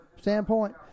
standpoint